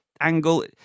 angle